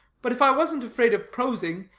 but if i wasn't afraid of prosing,